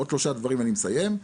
עוד שלושה דברים ואני מסיים.